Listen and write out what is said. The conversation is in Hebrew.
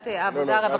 העבודה,